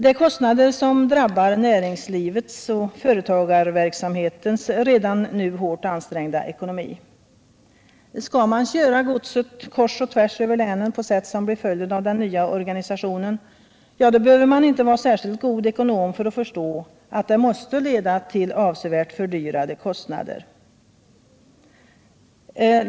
Dessa kostnader drabbar näringslivets och företagarverksamhetens redan nu hårt ansträngda ekonomi. Skall man köra godset kors och tvärs över länen på sätt som blir följden av den nya organisationen behöver man inte vara särskilt god ekonom för att förstå att det måste leda till avsevärt fördyrade kostnader.